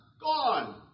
Gone